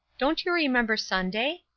don't you remember sunday?